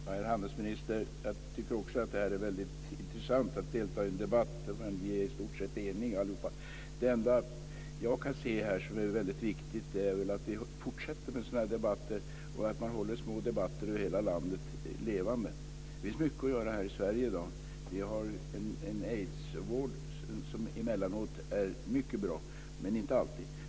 Fru talman! Herr handelsminister! Jag tycker också att det är väldigt intressant att delta i en debatt där vi i stort sett är eniga allihop. Det är viktigt att vi fortsätter med sådana här debatter och att debatten i hela landet hålls levande. Det finns mycket att göra här i Sverige. Vi har en aidsvård som emellanåt är mycket bra, men inte alltid.